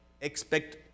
expect